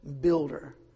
builder